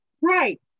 Right